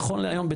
נכון להיום,